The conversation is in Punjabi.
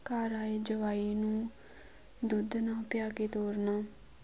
ਘਰ ਆਏ ਜਵਾਈ ਨੂੰ ਦੁੱਧ ਨਾ ਪਿਆ ਕੇ ਤੋਰਨਾ